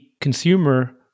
consumer